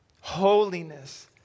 Holiness